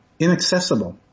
inaccessible